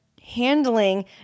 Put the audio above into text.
handling